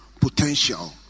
potential